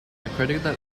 accredited